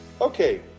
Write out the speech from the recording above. Okay